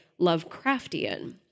Lovecraftian